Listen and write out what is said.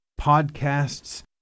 podcasts